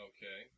Okay